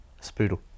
Spoodle